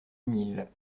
mille